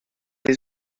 des